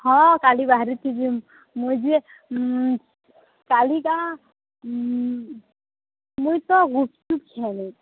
ହଁ କାଲି ବାହାରିଛେ ଯେ ମୁଇଁ ଯେ କାଲିକା ମୁଇଁ ତ ଗୁପ୍ଚୁପ୍ ଖେଳ